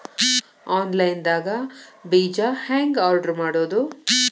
Online ದಾಗ ಬೇಜಾ ಹೆಂಗ್ ಆರ್ಡರ್ ಮಾಡೋದು?